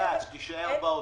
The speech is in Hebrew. אז שתישאר באוצר.